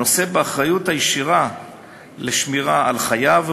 הנושא באחריות הישירה לשמירה על חייו,